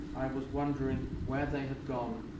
i was wondering where they had gone.